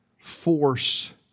force